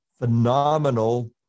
Phenomenal